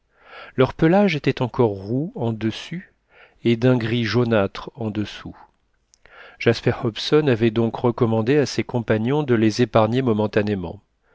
leur pelage était encore roux en dessus et d'un gris jaunâtre en dessous jasper hobson avait donc recommandé à ses compagnons de les épargner